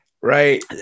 right